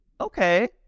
Okay